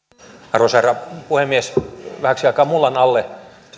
arvoisa herra puhemies vähäksi aikaa mullan alle